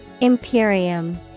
Imperium